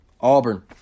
Auburn